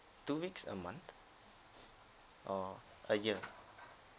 two weeks a month or a year